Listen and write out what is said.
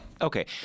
Okay